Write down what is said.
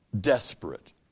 desperate